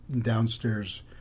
downstairs